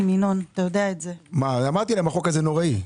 הוצאת הבנקים בשוטף